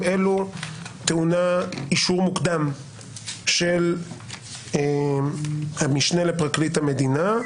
אלו טעונה אישור מוקדם של המשנה לפרקליט המדינה.